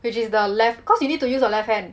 which is the left cause you need to use your left hand